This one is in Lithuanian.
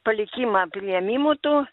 palikimą priėmimu tu